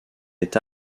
est